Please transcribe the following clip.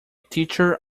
teacher